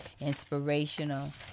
inspirational